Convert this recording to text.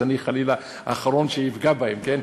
אז אני, חלילה, האחרון שאפגע בהם, כן.